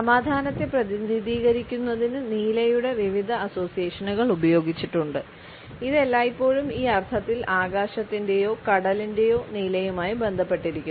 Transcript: സമാധാനത്തെ പ്രതിനിധീകരിക്കുന്നതിന് നീലയുടെ വിവിധ അസോസിയേഷനുകൾ ഉപയോഗിച്ചിട്ടുണ്ട് ഇത് എല്ലായ്പ്പോഴും ഈ അർത്ഥത്തിൽ ആകാശത്തിന്റെയോ കടലിന്റെയോ നീലയുമായി ബന്ധപ്പെട്ടിരിക്കുന്നു